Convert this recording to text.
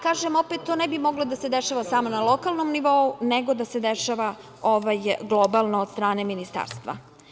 Kažem, to ne bi moglo da se dešava samo na lokalnom nivou, nego da se dešava globalno od strane ministarstva.